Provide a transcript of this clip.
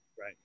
Right